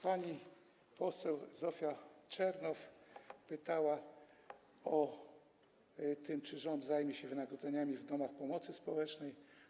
Pani poseł Zofia Czernow pytała o to, czy rząd zajmie się wynagrodzeniami w domach pomocy społecznej.